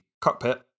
cockpit